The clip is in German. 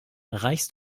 reichst